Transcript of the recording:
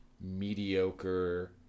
mediocre